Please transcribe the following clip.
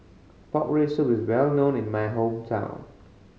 pork rib soup is well known in my hometown